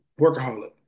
workaholic